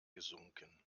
gesunken